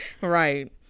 right